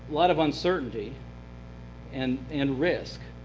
lot of uncertainty and and risk,